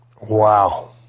Wow